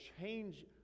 change